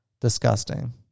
disgusting